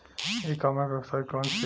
ई commerce website कौन सी है?